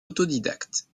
autodidacte